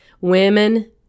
Women